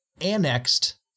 annexed